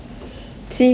see swee swee [one]